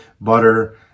butter